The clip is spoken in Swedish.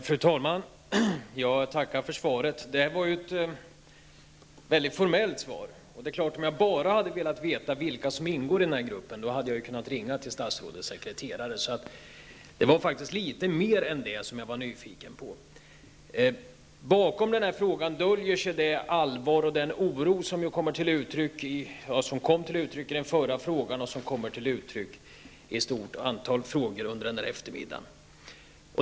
Fru talman! Jag tackar för svaret. Det här var ju ett mycket formellt svar. Om jag bara hade velat veta vilka som ingår i gruppen hade jag kunnat ringa till statsrådets sekreterare. Det var faktiskt litet mer än det som jag var nyfiken på. Bakom min fråga döljer sig det allvar och den oro som kom till uttryck i den förra frågan och som kommer till uttryck i ett stort antal andra frågor under denna eftermiddag.